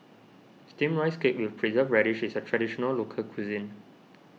Steamed Rice Cake with Preserved Radish is a Traditional Local Cuisine